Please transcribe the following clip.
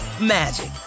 magic